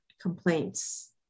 complaints